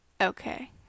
Okay